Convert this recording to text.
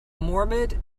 morbid